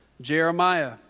Jeremiah